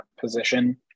position